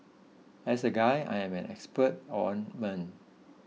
as a guy I'm an expert on men